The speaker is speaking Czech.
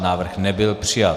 Návrh nebyl přijat.